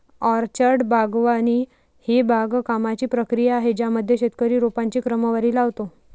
orchard बागवानी ही बागकामाची प्रक्रिया आहे ज्यामध्ये शेतकरी रोपांची क्रमवारी लावतो